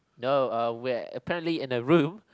no uh we're apparently in a room